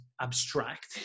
abstract